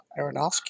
Aronofsky